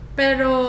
pero